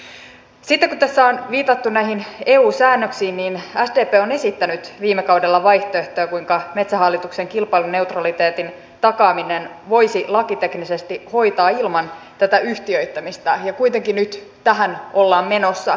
sitten kun tässä on viitattu näihin eu säännöksiin niin sdp on esittänyt viime kaudella vaihtoehtoja kuinka metsähallituksen kilpailuneutraliteetin takaamisen voisi lakiteknisesti hoitaa ilman tätä yhtiöittämistä ja kuitenkin nyt tähän ollaan menossa